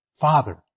Father